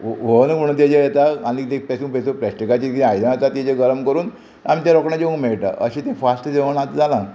oven म्हणून तेजेर येता आनी ती पेसूंक पेसूं प्लास्टिकाचीं जीं आयदनां येता तेजेर गरम करून आमकां रोखडेंच जेवंक मेळटा अशें तें फास्ट जेवण आतां जालां